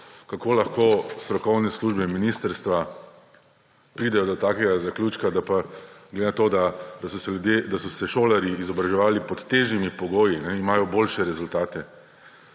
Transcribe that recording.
kako lahko strokovne službe ministrstva pridejo do takega zaključka, da glede na to, da so se šolarji izobraževali pod težjimi pogoji, imajo boljše rezultate.